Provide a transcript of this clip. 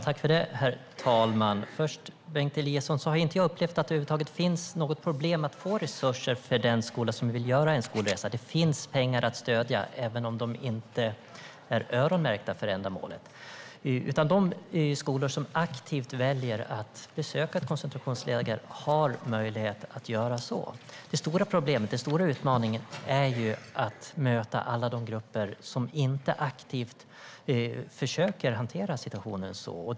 Herr talman! Först, Bengt Eliasson, har jag inte upplevt att det över huvud taget finns något problem med att få resurser för den skola som vill göra en skolresa. Det finns pengar för att stödja, även om de inte är öronmärkta för ändamålet. De skolor som aktivt väljer att besöka ett koncentrationsläger har möjlighet att göra det. Den stora utmaningen är att möta alla de grupper som inte aktivt försöker hantera situationen så.